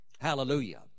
Hallelujah